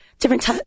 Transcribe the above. different